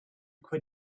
quit